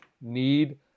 need